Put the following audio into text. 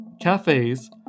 cafes